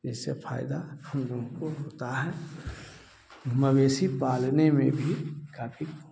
इससे फ़ायदा हम लोगों को होता है मवेशी पालने में भी काफ़ी